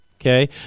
Okay